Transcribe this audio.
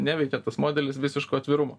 neveikia tas modelis visiško atvirumo